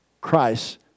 Christ